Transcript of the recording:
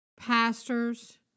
pastors